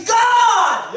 God